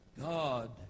God